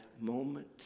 moment